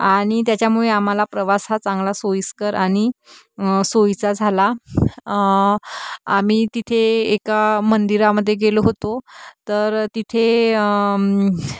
आणि त्याच्यामुळे आम्हाला प्रवास हा चांगला सोयीस्कर आणि सोयीचा झाला आम्ही तिथे एका मंदिरामध्ये गेलो होतो तर तिथे